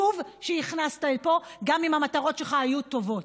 שוב, שהכנסת לפה, גם אם המטרות שלך היו טובות.